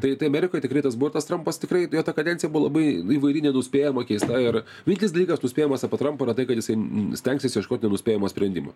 tai tai amerikoj tikrai tas buvo ir tas trampas tikrai jo ta kadencija buvo labai įvairi nenuspėjama keista ir vienintelis dalykas nuspėjamas apie trampą yra tai kad jisai stengsis ieškot nenuspėjamo sprendimo